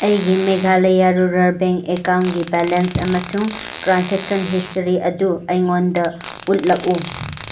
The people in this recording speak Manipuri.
ꯑꯩꯒꯤ ꯃꯦꯒꯥꯂꯌꯥ ꯔꯨꯔꯦꯜ ꯕꯦꯡ ꯑꯦꯛꯀꯥꯎꯟꯒꯤ ꯕꯦꯂꯦꯟꯁ ꯑꯃꯁꯨꯡ ꯇ꯭ꯔꯥꯟꯖꯦꯛꯁꯟ ꯍꯤꯁꯇ꯭ꯔꯤ ꯑꯗꯨ ꯑꯩꯉꯣꯟꯗ ꯎꯠꯂꯛꯎ